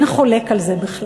אין חולק על זה בכלל,